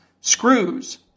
Screws